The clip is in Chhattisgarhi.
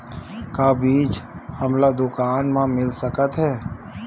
का बीज हमला दुकान म मिल सकत हे?